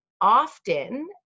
Often